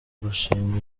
gushinga